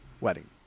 wedding